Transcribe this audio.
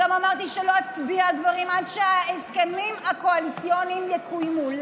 גם אמרתי שלא אצביע על דברים עד שההסכמים הקואליציוניים יקוימו.